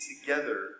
together